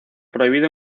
prohibido